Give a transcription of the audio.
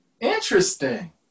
Interesting